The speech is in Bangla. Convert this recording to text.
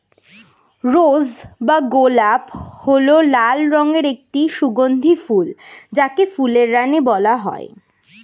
রোজ বা গোলাপ হল লাল রঙের একটি সুগন্ধি ফুল যাকে ফুলের রানী বলা হয়